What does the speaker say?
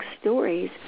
stories